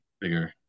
bigger